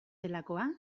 delakoa